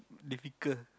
difficult